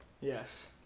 Yes